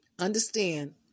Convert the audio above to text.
Understand